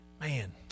man